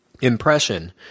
impression